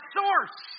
source